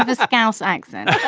ah scouse accent yeah